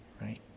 right